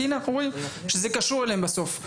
כי הנה אנחנו רואים שזה קשור אליהם בסוף.